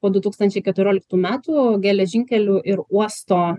po du tūkstančiai keturioliktų metų geležinkelių ir uosto